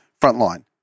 frontline